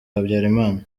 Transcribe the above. habyarimana